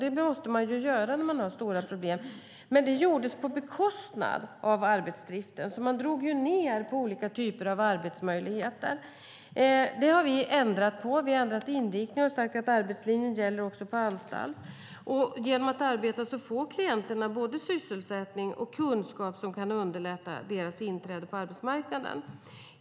Det måste man ju göra när man har stora problem. Men det gjordes på bekostnad av arbetsdriften, så man drog ned på olika typer av arbetsmöjligheter. Det har vi ändrat på. Vi har ändrat inriktning och sagt att arbetslinjen gäller också på anstalt. Genom att arbeta får klienterna både sysselsättning och kunskap som kan underlätta deras inträde på arbetsmarknaden.